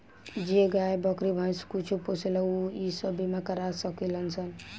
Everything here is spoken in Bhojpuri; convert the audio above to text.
जे गाय, बकरी, भैंस कुछो पोसेला ऊ इ बीमा करा सकेलन सन